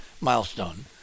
milestone